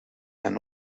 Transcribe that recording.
and